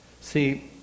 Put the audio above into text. See